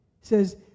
says